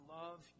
love